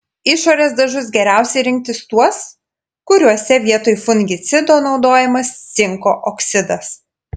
išorės dažus geriausia rinktis tuos kuriuose vietoj fungicido naudojamas cinko oksidas